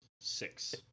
six